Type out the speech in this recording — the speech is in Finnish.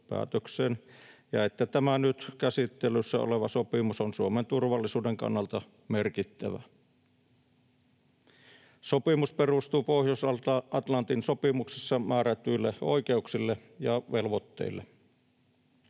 ja että tämä nyt käsittelyssä oleva sopimus on Suomen turvallisuuden kannalta merkittävä. Sopimus perustuu Pohjois-Atlantin sopimuksessa määrätyille oikeuksille ja velvoitteille.